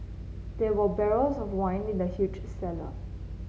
there were barrels of wine in the huge cellar